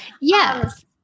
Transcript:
yes